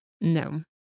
No